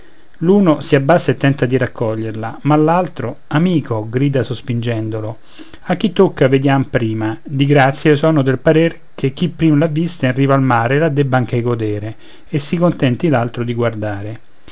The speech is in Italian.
l'uno si abbassa e tenta di raccoglierla ma l'altro amico grida sospingendolo a chi tocca vediam prima di grazia io sono del parere che chi prima l'ha vista in riva al mare la debba anche godere e si contenti l'altro di guardare